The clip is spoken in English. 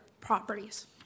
properties